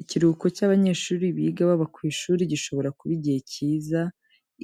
Ikiruhuko cy'abanyeshuri biga baba ku ishuri, gishobora kuba igihe cyiza,